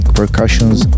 percussions